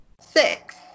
Six